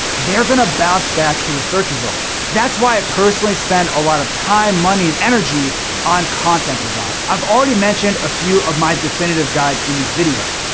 they're gonna bounce back to the search results. that's why i personally spend a lot of time, money and energy on content design. i've already mentioned a few of my definitive guides in this video.